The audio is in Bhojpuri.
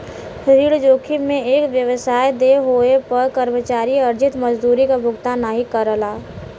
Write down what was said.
ऋण जोखिम में एक व्यवसाय देय होये पर कर्मचारी अर्जित मजदूरी क भुगतान नाहीं करला